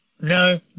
No